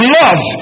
love